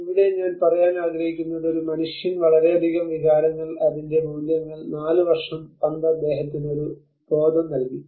ഇവിടെ ഞാൻ പറയാൻ ആഗ്രഹിക്കുന്നത് ഒരു മനുഷ്യൻ വളരെയധികം വികാരങ്ങൾ അതിന്റെ മൂല്യങ്ങൾ 4 വർഷം പന്ത് അദ്ദേഹത്തിന് ഒരു ബോധം നൽകി